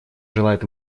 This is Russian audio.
желает